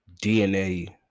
DNA